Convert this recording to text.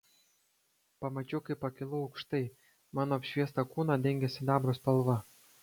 pamačiau kaip pakilau aukštai mano apšviestą kūną dengė sidabro spalva